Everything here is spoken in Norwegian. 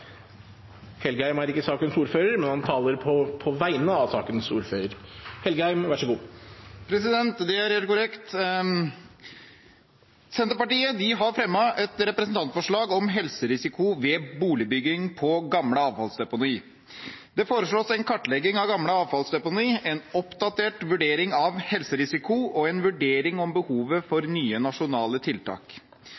Senterpartiet har fremmet et representantforslag om helserisiko ved boligbygging på gamle avfallsdeponier. Det foreslås en kartlegging av gamle avfallsdeponier, en oppdatert vurdering av helserisiko og en vurdering av behovet for